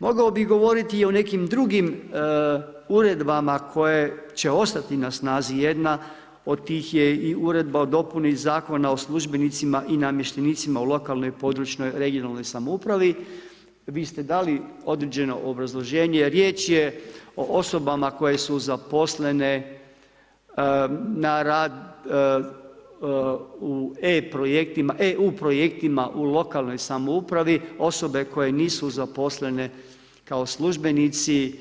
Mogao bi govoriti i o nekim drugim uredbama koje će ostati na snazi, jedna od tih i Uredba o dopuni Zakona o službenicima i namještenicima u lokalnoj, područnoj (regionalnoj) samoupravi, vi ste dali određeni obrazloženje, riječ je o osobama koje su zaposlene na rad u EU-projektima u lokalnoj samoupravi, osobe koje nisu zaposlene kao službenici